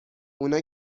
اونا